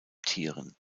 tieren